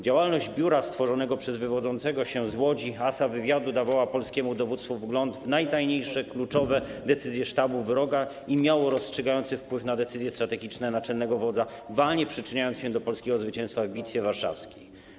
Działalność biura stworzonego przez wywodzącego się z Łodzi asa wywiadu dawała polskiemu dowództwu wgląd w najtajniejsze, kluczowe decyzje sztabu wroga i miała rozstrzygający wpływ na decyzje strategiczne naczelnego wodza, walnie przyczyniając się do polskiego zwycięstwa w Bitwie Warszawskiej.